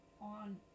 on